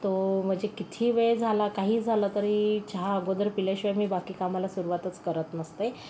तो म्हणजे किती वेळ झाला तरी काही झालं तरी चहा अगोदर प्यायल्याशिवाय मी बाकी कामाला सुरुवातच करत नसते